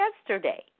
yesterday